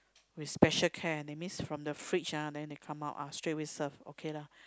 with special care that means from the fridge ah then they come out ah straight away serve okay lah